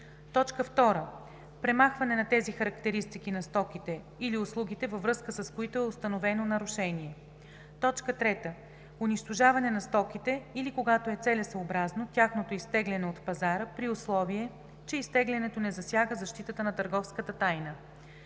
полза; 2. премахване на тези характеристики на стоките или услугите, във връзка с които е установено нарушение; 3. унищожаване на стоките или, когато е целесъобразно, тяхното изтегляне от пазара, при условие че изтеглянето не засяга защитата на търговската тайна.